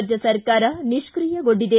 ರಾಜ್ವ ಸರ್ಕಾರ ನಿಷ್ಕಿಯಗೊಂಡಿದೆ